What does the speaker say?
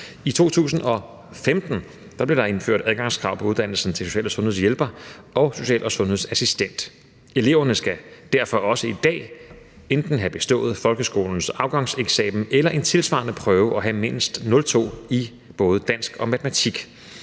I 2015 blev der indført adgangskrav på uddannelsen til social- og sundhedshjælper og social- og sundhedsassistent. Eleverne skal derfor også i dag enten have bestået folkeskolens afgangseksamen eller en tilsvarende prøve og have mindst 02 i både dansk og matematik.